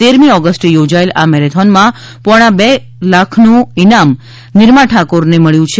તેરમી ઓગસ્ટે યોજાયેલ આ મેરેથોન માં પોણા બે લાખનું ઈનામ નિરમા ઠાકોર ને મળ્યું છે